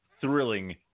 thrilling